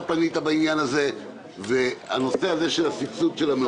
העליתי את הנושא הזה וסוכם שיהיה צוות משותף,